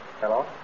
Hello